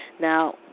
Now